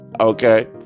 Okay